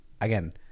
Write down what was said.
Again